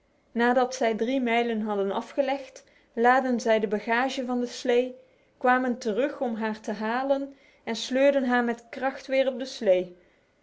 nadat zij drie mijlen hadden afgelegd laadden zij de bagage van de slee kwamen terug om haar te halen en sleurden haar met kracht weer op de slede